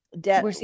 debt